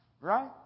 right